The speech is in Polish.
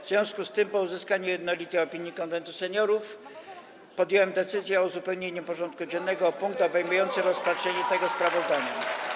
W związku z tym, po uzyskaniu jednolitej opinii Konwentu Seniorów, podjąłem decyzję o uzupełnieniu porządku dziennego o punkt obejmujący rozpatrzenie tego sprawozdania.